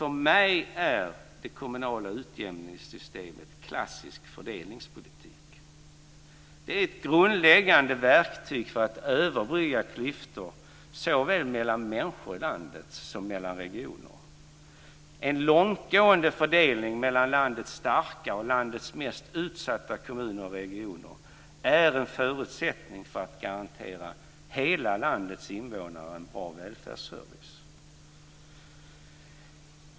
För mig är det kommunala utjämningssystemet klassisk fördelningspolitik. Det är ett grundläggande verktyg för att överbrygga klyftor såväl mellan människor i landet som mellan regioner.